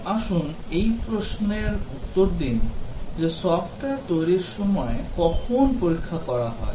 এখন আসুন এই প্রশ্নের উত্তর দিন যে সফ্টওয়্যার তৈরির সময় কখন পরীক্ষা করা হয়